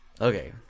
Okay